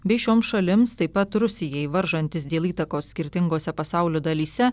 bei šioms šalims taip pat rusijai varžantis dėl įtakos skirtingose pasaulio dalyse